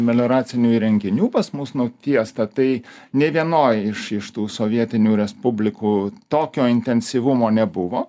melioracinių įrenginių pas mus nutiesta tai nei vienoj iš iš tų sovietinių respublikų tokio intensyvumo nebuvo